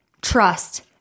trust